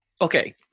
Okay